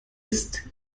isst